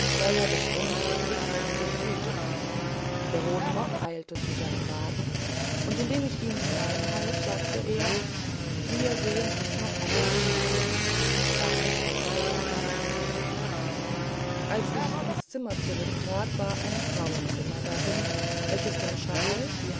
feuer des rums erquickte und durchglühte mich der rotrock eilte zu seinem wagen und indem ich ihm hineinhalf sagte er wir sehen uns noch einmal wieder damit rollte der wagen weg da ich ins zimmer zurücktrat war ein frauenzimmer darin welches den schal die